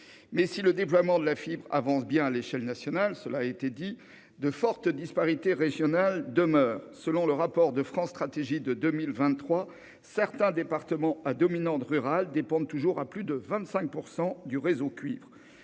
Mais si le déploiement de la fibre progresse bien à l'échelle nationale- cela a été dit -, de fortes disparités régionales demeurent. Selon le rapport de France Stratégie de 2023, certains départements à dominante rurale dépendent toujours à plus de 25 % du réseau cuivre.